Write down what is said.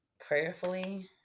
prayerfully